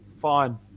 fine